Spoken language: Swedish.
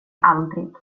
aldrig